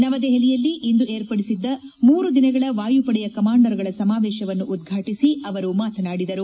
ನವದೆಹಲಿಯಲ್ಲಿಂದು ಏರ್ಪಡಿಸಿದ್ದ ಮೂರು ದಿನಗಳ ವಾಯುಪಡೆಯ ಕಮಾಂಡರ್ಗಳ ಸಮಾವೇಶವನ್ನು ಉದ್ಘಾಟಿಸಿ ಅವರು ಮಾತನಾಡಿದರು